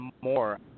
more